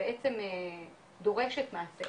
שבעצם דורשת מעשה